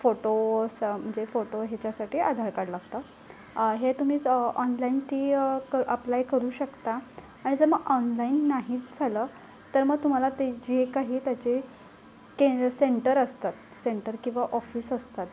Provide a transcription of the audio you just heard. photos म्हणजे photo हेच्यासाटी Aadhaar card लागतं हे तुम्ही ऑनलाईन टी क् अप्लाय करू शकता आणि ज म ऑनलाईन नाहीच झालं तर म ला ते जे काही त्याचे केंद् सेंटर असतात सेंटर किंवा ऑफिस असतात